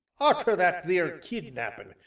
arter that theer kidnappin',